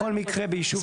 בכל מקרה ביישוב הקהילתי.